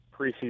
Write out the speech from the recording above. preseason